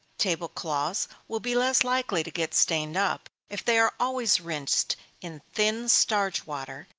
table-cloths will be less likely to get stained up, if they are always rinsed in thin starch water,